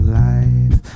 life